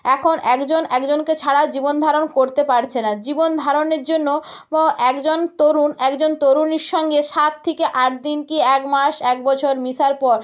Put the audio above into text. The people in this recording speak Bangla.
এখন একজন একজনকে ছাড়া জীবন ধারণ করতে পারছে না জীবনধারণের জন্য একজন তরুণ একজন তরুণীর সঙ্গে সাত থেকে আট দিন কী এক মাস এক বছর মেশার পর